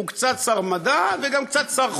הוא קצת שר מדע וגם קצת שר חוץ.